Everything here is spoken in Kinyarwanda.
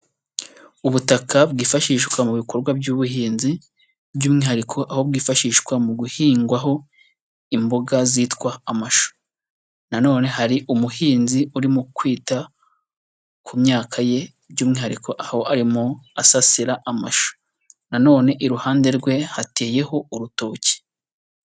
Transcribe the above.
Ubutaka bwifashishwa mu bikorwa by'ubuhinzi, by'umwihariko aho bwifashishwa mu guhingwaho imboga zitwa amashu, na none hari umuhinzi urimo kwita ku myaka ye by'umwihariko aho arimo asasira amashu, na none iruhande rwe hateyeho urutoki.